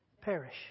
perish